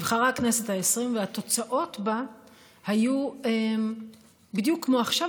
והתוצאות בה היו בדיוק כמו עכשיו,